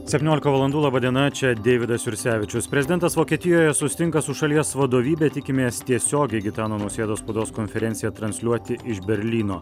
septyniolika valandų laba diena čia deividas jursevičius prezidentas vokietijoje susitinka su šalies vadovybe tikimės tiesiogiai gitano nausėdos spaudos konferenciją transliuoti iš berlyno